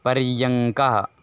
पर्यङ्कः